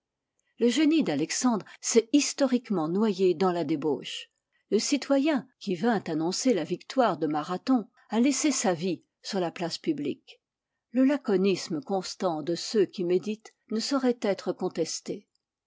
le génie d'alexandre s'est historiquement noyé dans la débauche le citoyen qui vint annoncer la victoire de marathon a laissé sa vie sur la place publique le laconisme constant de ceux qui méditent ne saurait être contesté